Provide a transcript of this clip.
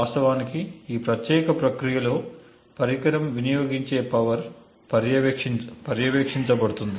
వాస్తవానికి ఈ ప్రత్యేక ప్రక్రియలో పరికరం వినియోగించే పవర్ పర్యవేక్షించబడుతుంది